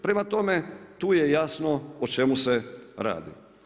Prema tome, tu je jasno o čemu se radi.